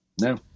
no